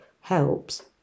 helps